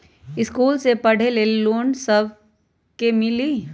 इश्कुल मे पढे ले लोन हम सब के मिली?